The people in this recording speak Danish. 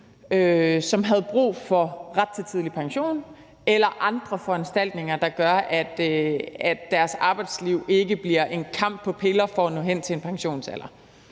som havde brug for ret til tidlig pension eller andre foranstaltninger, der gør, at deres arbejdsliv ikke bliver en kamp på piller for at nå hen til en pensionsalder.